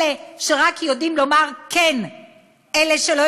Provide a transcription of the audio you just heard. אלה שרק יודעים לומר כן.